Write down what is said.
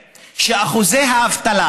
אבל המציאות אומרת שאחוזי האבטלה,